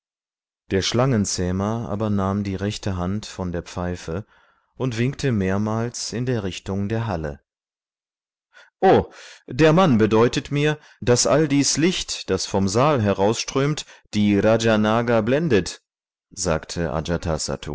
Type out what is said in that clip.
der schlangenzähmer aber nahm die rechte hand von der pfeife und winkte mehrmals in der richtung der halle o der mann bedeutet mir daß all dies licht das vom saal herausströmt die rajanaga blendet sagte